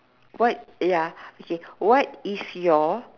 what ya okay what is your